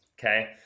Okay